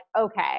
okay